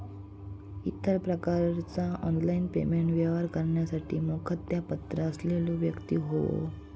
इतर प्रकारचा online payment व्यवहार करण्यासाठी मुखत्यारपत्र असलेलो व्यक्ती होवो